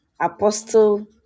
apostle